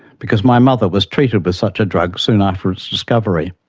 because my mother was treated with such a drug soon after its discovery.